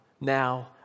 now